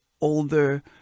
older